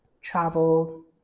travel